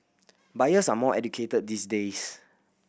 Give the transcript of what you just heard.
buyers are more educated these days